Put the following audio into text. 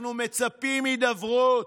אנחנו מצפים להידברות.